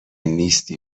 نیستی